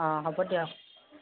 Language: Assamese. অঁ হ'ব দিয়ক